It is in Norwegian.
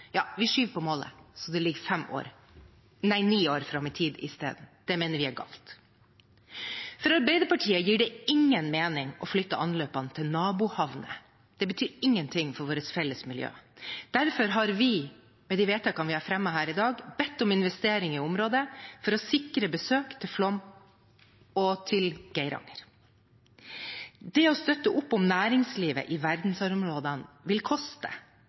vi skyver på målet så det ligger ni år fram i tid i stedet? Det mener vi er galt. For Arbeiderpartiet gir det ingen mening å flytte anløpene til nabohavner. Det betyr ingenting for vårt felles miljø. Derfor har vi, med de forslagene til vedtak vi har fremmet her i dag, bedt om investeringer i området for å sikre besøk til Flåm og til Geiranger. Det å støtte opp om næringslivet i verdensarvområdene vil koste,